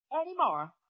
anymore